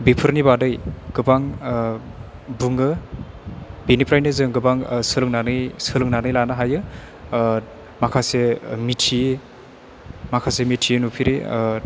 बेफोरनि बादै गोबां बुङो बेनिफ्रायनो जों गोबां सोलोंनानै सोलोंनानै लानो हायो माखासे मिथियै माखासे मिथियै नुफेरै